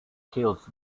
kills